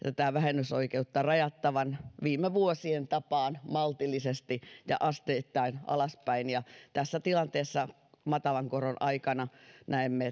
tätä vähennysoikeutta esitetään rajattavan viime vuosien tapaan maltillisesti ja asteittain alaspäin tässä tilanteessa matalan koron aikana näemme